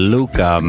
Luca